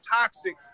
toxic